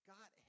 God